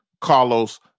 Carlos